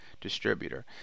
distributor